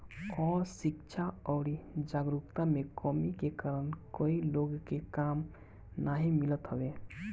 अशिक्षा अउरी जागरूकता में कमी के कारण कई लोग के काम नाइ मिलत हवे